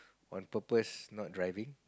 on purpose not driving